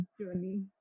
journey